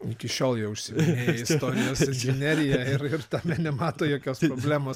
iki šiol jie užsiiminėja istorijos inžinerija ir ir tame nemato jokios problemos